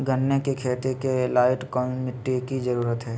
गन्ने की खेती के लाइट कौन मिट्टी की जरूरत है?